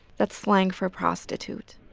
that's slang for prostitute.